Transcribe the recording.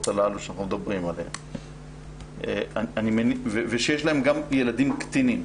האלה שאנחנו מדברים עליהן ושיש להם גם ילדים קטינים,